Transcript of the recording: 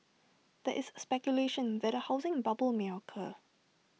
there is speculation that A housing bubble may occur